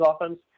offense